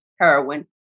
heroin